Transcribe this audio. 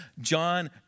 John